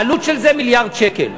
העלות של זה מיליארד שקל.